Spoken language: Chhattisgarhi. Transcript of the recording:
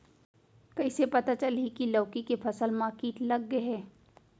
कइसे पता चलही की लौकी के फसल मा किट लग गे हे?